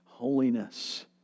holiness